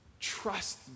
Trust